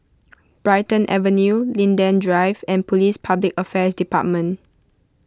Brighton Avenue Linden Drive and Police Public Affairs Department